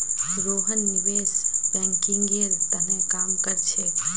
रोहन निवेश बैंकिंगेर त न काम कर छेक